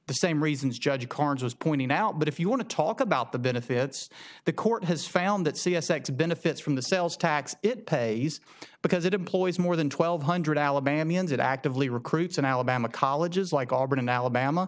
the same reasons judge carnes was pointing out but if you want to talk about the benefits the court has found that c s ex benefits from the sales tax it pays because it employs more than twelve hundred alabamians it actively recruits in alabama colleges like auburn alabama